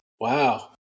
Wow